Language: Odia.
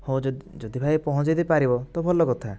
ହଉ ଯଦି ଭାଇ ପହଞ୍ଚେଇ ଦେଇ ପାରିବ ତ ଭଲ କଥା